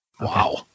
Wow